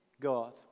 God